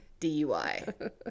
DUI